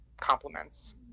compliments